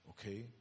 Okay